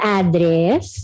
address